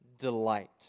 delight